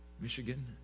Michigan